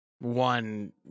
one